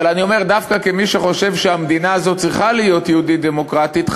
אבל דווקא כמי שחושב שהמדינה הזאת צריכה להיות יהודית דמוקרטית,